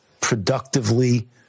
productively